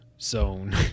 zone